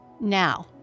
Now